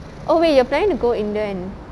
oh wait you're planning to go india and